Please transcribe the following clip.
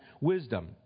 wisdom